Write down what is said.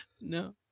No